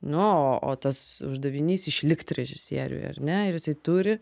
na o tas uždavinys išlikti režisieriui ar ne ir jisai turi